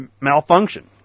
malfunction